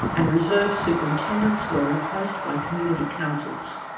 and reserve superintendents were replaced by community councils.